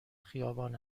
خیابان